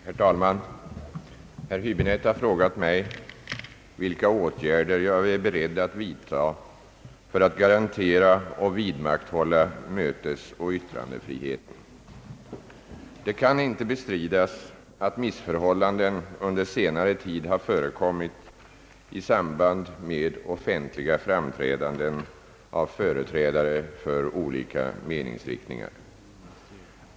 Herr talman! Herr Häbinette har frågat mig vilka åtgärder jag är beredd att vidta för att garantera och vidmakthålla mötesoch yttrandefriheten. Det kan inte bestridas att missförhållanden under senare tid har förekommit i samband med offentliga framträdanden av företrädare för olika meningsriktningar.